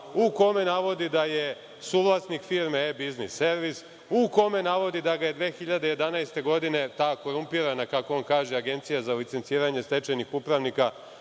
u kome navodi da je suvlasnik firme „E-biznis servis“, u kome navodi da ga je 2011. godine ta korumpirana, kako on kaže, Agencija za licenciranje stečajnih upravnika